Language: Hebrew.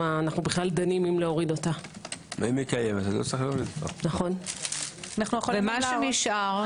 אם התמרוק מיועד להגנה בפני השמש וכו' - לא נדרש לציין את זה באירופה.